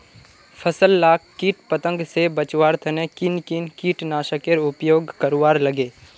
फसल लाक किट पतंग से बचवार तने किन किन कीटनाशकेर उपयोग करवार लगे?